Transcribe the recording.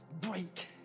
Break